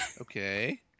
Okay